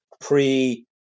pre